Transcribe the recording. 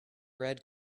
red